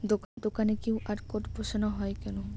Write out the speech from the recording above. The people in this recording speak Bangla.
দোকানে কিউ.আর কোড বসানো হয় কেন?